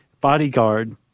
bodyguard